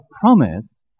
promise